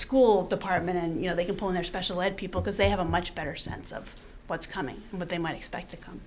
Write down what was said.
school department and you know they can pull their special ed people because they have a much better sense of what's coming and what they might expect to come